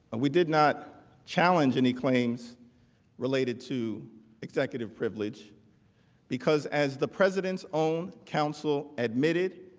we did not challenge any claims related to executive privilege because, as the president's own counsel admitted,